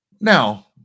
Now